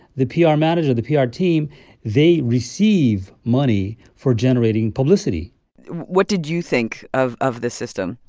the pr manager, the pr team they receive money for generating publicity what did you think of of this system?